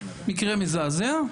מקרה מזעזע,